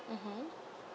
mmhmm